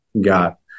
Got